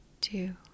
two